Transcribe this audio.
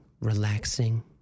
relaxing